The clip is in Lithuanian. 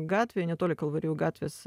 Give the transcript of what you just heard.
gatvėje netoli kalvarijų gatvės